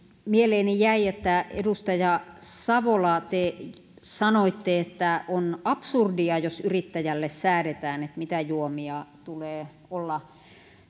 mieleeni jäi että edustaja savola te sanoitte että on absurdia jos yrittäjälle säädetään mitä juomia tulee olla